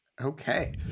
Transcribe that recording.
Okay